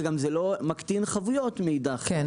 ומאידך זה גם לא מקטין חבויות רטרואקטיביות.